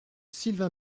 sylvain